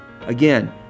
Again